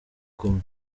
kumwe